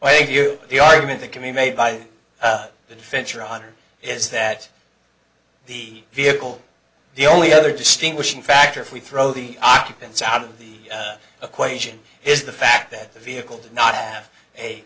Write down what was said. i think you the argument that can be made by a venture hunter is that the vehicle the only other distinguishing factor if we throw the occupants out of the equation is the fact that the vehicle did not have a